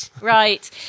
Right